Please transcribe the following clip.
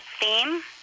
theme